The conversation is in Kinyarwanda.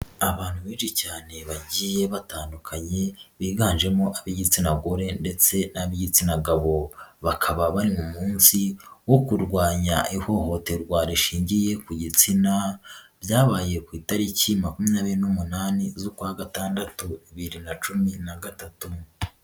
Abantu benshi cyane bagiye batandukanye biganjemo ab'igitsinagore ndetse n'ab'igitsina gabo, bakaba bari mu munsi wo kurwanya ihohoterwa rishingiye ku gitsina, ryabaye ku itariki makumyabiri n'umunani z'ukwa gatandatu bibiri na cumi na gatatu.